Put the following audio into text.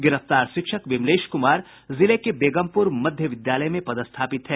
गिरफ्तार शिक्षक विमलेश कुमार जिले के बेगमपुर मध्य विद्यालय में पदस्थापित है